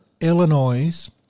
Illinois